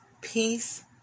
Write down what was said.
peace